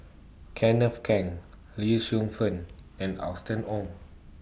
Kenneth Keng Lee Shu Fen and Austen Ong